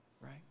right